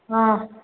ಹಾಂ